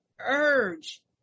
urge